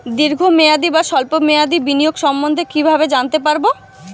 দীর্ঘ মেয়াদি বা স্বল্প মেয়াদি বিনিয়োগ সম্বন্ধে কীভাবে জানতে পারবো?